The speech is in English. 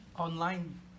online